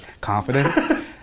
confident